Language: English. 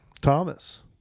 Thomas